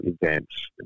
events